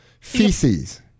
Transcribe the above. Feces